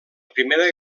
primera